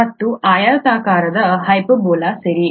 ಇದು ಆಯತಾಕಾರದ ಹೈಪರ್ಬೋಲಾ ಸರಿ